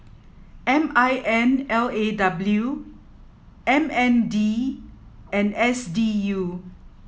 M I N L A W M N D and S U